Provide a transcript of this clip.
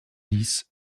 dix